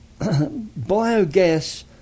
biogas